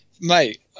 Mate